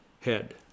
head